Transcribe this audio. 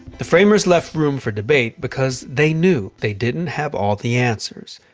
the framers left room for debate because they knew they didn't have all the answers.